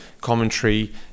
commentary